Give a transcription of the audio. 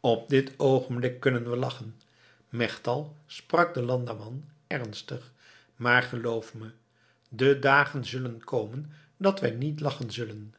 op dit oogenblik kunnen we lachen melchtal sprak de landamman ernstig maar geloof me de dagen zullen komen dat wij niet lachen zullen